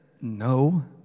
no